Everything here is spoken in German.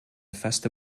feste